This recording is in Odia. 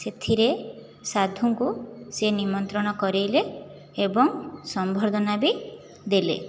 ସେଥିରେ ସାଧୁଙ୍କୁ ସେ ନିମନ୍ତ୍ରଣ କରେଇଲେ ଏବଂ ସମ୍ବର୍ଦ୍ଧନା ବି ଦେଲେ